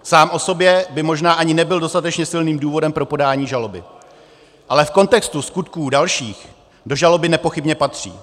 Sám o sobě by možná ani nebyl dostatečně silným důvodem pro podání žaloby, ale v kontextu skutků dalších do žaloby nepochybně patří.